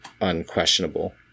unquestionable